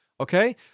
okay